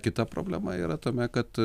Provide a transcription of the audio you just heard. kita problema yra tame kad